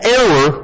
error